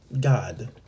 god